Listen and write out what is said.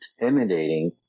intimidating